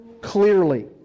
clearly